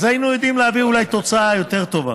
אז היינו יודעים להביא אולי תוצאה יותר טובה.